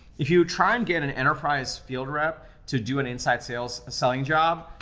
if you try and get an enterprise field rep to do an inside sales, a selling job,